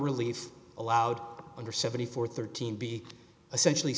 relief allowed under seventy four thirteen be essentially